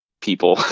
people